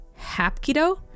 Hapkido